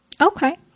Okay